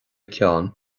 ceann